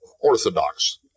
orthodox